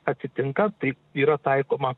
atsitinka tai yra taikoma